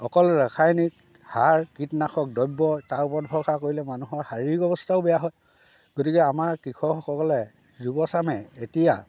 অকল ৰাসায়নিক সাৰ কীটনাশক দ্ৰব্য তাৰ ওপৰত ভৰসা কৰিলে মানুহৰ শাৰীৰিক অৱস্থাও বেয়া হয় গতিকে আমাৰ কৃষকসকলে যুৱচামে এতিয়া